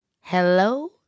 hello